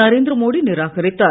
நரேந்திர மோடி நிராகரித்தார்